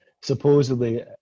supposedly